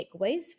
takeaways